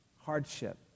hardship